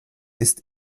ist